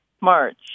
March